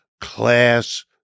class